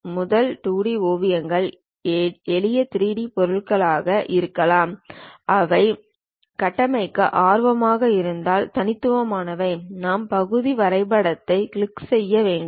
எனவே முதல் 2 டி ஓவியங்கள் எளிய 3D பொருள்களாக இருக்கலாம் அவை கட்டமைக்க ஆர்வமாக இருந்தால் தனித்துவமானவை நாம் பகுதி வரைபடத்தைக் கிளிக் செய்ய வேண்டும்